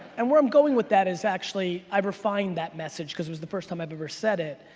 and where i'm going with that is actually, i've refined that message cause it was the first time i've ever said it.